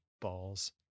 Balls